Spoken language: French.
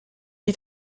est